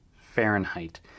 Fahrenheit